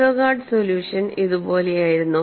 Westergaard solution ഇതുപോലെയായിരുന്നു